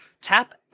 Tap